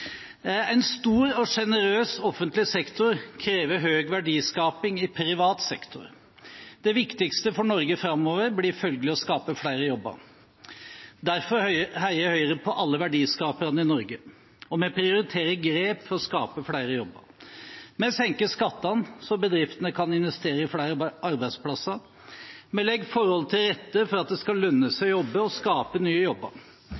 En stor og generøs offentlig sektor krever høy verdiskaping i privat sektor. Det viktigste for Norge framover blir følgelig å skape flere jobber. Derfor heier Høyre på alle verdiskaperne i Norge, og vi prioriterer grep for å skape flere jobber. Vi senker skattene så bedriftene kan investere i flere arbeidsplasser. Vi legger forholdene til rette for at det skal lønne seg å jobbe og skape nye jobber.